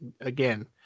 again